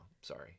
sorry